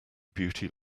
beauty